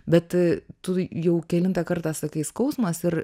bet tu jau kelintą kartą sakai skausmas ir